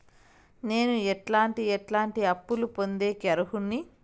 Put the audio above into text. నేను ఎట్లాంటి ఎట్లాంటి అప్పులు పొందేకి అర్హుడిని?